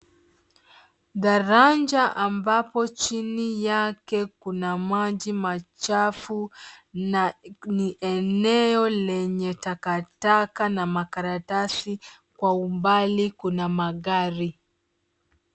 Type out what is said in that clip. Daraja ambayo chini yake kuna maji machafu na ni eneo lenye takataka na makaratasi. Kwa umbali kuna magari.